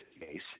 case